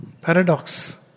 Paradox